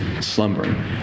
slumbering